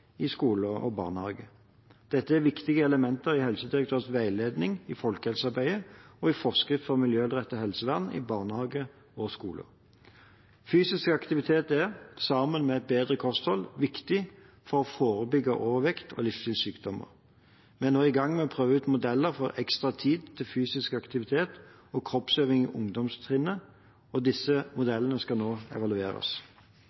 i skole og barnehage. Dette er viktige elementer i Helsedirektoratets veiledning i folkehelsearbeidet og i forskrift for miljørettet helsevern i barnehager og skoler. Fysisk aktivitet er, sammen med et bedre kosthold, viktig for å forebygge overvekt og livsstilssykdommer. Vi er nå i gang med å prøve ut modeller for ekstra tid til fysisk aktivitet og kroppsøving på ungdomstrinnet. Disse